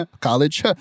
college